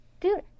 Dude